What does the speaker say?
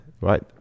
right